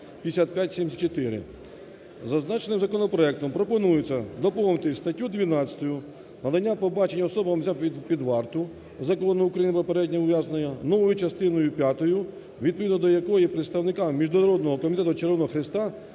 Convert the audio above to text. Зазначеним законопроектом пропонується доповнити статтю 12 "Надання побачення особам, взятим під варту" Закону України "Про попереднє ув'язнення" новою частиною п'ятою, відповідно до якої представникам Міжнародного Комітету Червоного Хреста